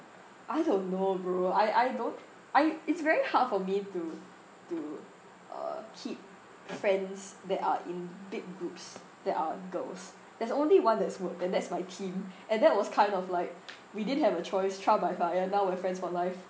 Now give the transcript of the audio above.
I don't know bro I I don't I it's very hard for me to to uh keep friends that are in big groups that are girls there's only one that's worked and that's my team and that was kind of like we didn't have a choice trial by fire now we're friends for life